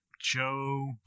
Joe